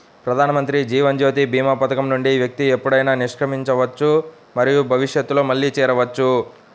ప్రధానమంత్రి జీవన్ జ్యోతి భీమా పథకం నుండి వ్యక్తి ఎప్పుడైనా నిష్క్రమించవచ్చు మరియు భవిష్యత్తులో మళ్లీ చేరవచ్చు